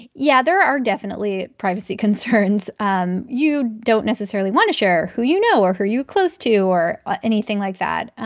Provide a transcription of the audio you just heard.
yeah, there are definitely privacy concerns. um you don't necessarily want to share who you know or who were you close to or ah anything like that.